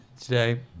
today